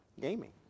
Gaming